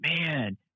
man